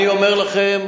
אני אומר לכם,